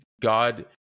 God